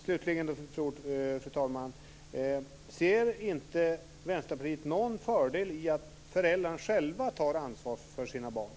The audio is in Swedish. Ser inte Vänsterpartiet någon fördel i att föräldrarna själva tar ansvar för sina barn?